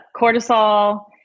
cortisol